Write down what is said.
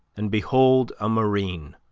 and behold a marine,